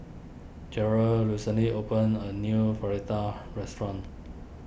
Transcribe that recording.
Jerrell recently opened a new restaurant